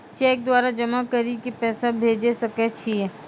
Cheque द्वारा जमा करि के पैसा भेजै सकय छियै?